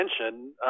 attention